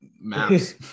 maps